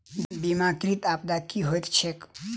बीमाकृत आपदा की होइत छैक?